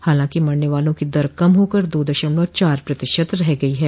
हालांकि मरने वालों की दर कम होकर दो दशमलव चार प्रतिशत रह गई है